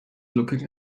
looking